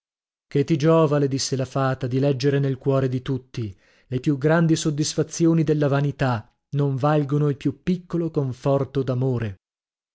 le disse la fata di leggere nel cuore di tutti le più grandi soddisfazioni della vanità non valgono il più piccolo conforto d'amore